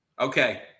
Okay